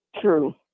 True